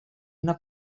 una